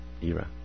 era